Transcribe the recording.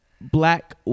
black